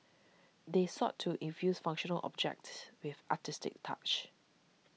they sought to infuse functional objects with artistic touches